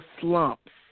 slumps